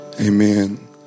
Amen